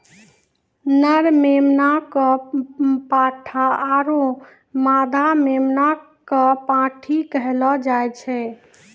नर मेमना कॅ पाठा आरो मादा मेमना कॅ पांठी कहलो जाय छै